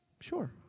Sure